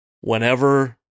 whenever